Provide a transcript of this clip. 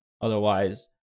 Otherwise